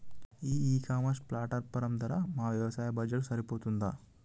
ఈ e commerce platform ధర మా వ్యవసాయ బడ్జెట్ కు సరిపోతుందా?